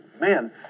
Man